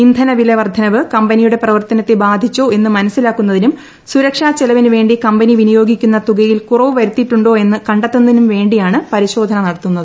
ഇന്ധനവില വർദ്ധനവ് കമ്പനിയുടെ പ്രവർത്തനത്തെ ബാധിച്ചോ എന്ന് മനസിലാക്കുന്നതിനും സുരക്ഷാച്ചെലവിന് വേ ി കമ്പനി വിനിയോഗിക്കുന്ന തുകയിൽ കുറവ് വരുത്തിയിട്ടു ാ എന്ന് ക െ ത്തുന്നതിനും വേ ിയാണ് പരിശോധന നടത്തുന്നത്